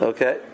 Okay